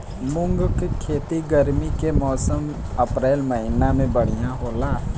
मुंग के खेती गर्मी के मौसम अप्रैल महीना में बढ़ियां होला?